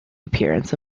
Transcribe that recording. appearance